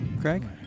Craig